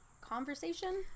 conversation